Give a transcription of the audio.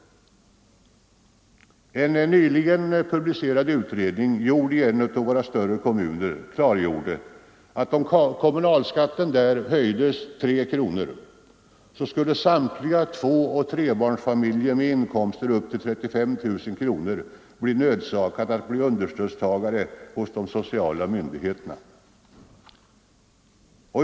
En nyligen publicerad utredning, gjord i en av våra större kommuner, visade klart att om kommunalskatten där höjdes med tre kronor skulle samtliga tvåoch trebarnsfamiljer med inkomster upp till 35 000 kronor bli nödsakade att ta understöd hos de sociala myndigheterna.